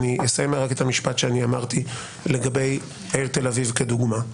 אני אסיים רק את המשפט שאמרתי לגבי העיר תל אביב כדוגמה,